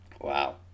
Wow